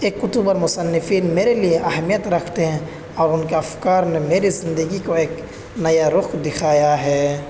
ایک کتب اور مصنفین میرے لیے لیے اہمیت رکھتے ہیں اور ان کے افکار نے میری زندگی کو ایک نیا رخ دکھایا ہے